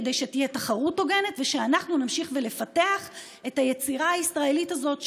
כדי שתהיה תחרות הוגנת ושאנחנו נמשיך לפתח את היצירה הישראלית הזאת,